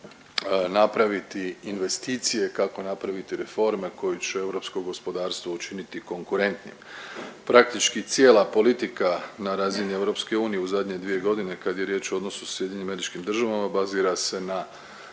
kako napraviti investicije, kako napraviti reforme koje će europsko gospodarstvo učiniti konkurentnim. Praktički cijela politika na razini EU u zadnje dvije godine kad je riječ o odnosu sa SAD-om bazira se na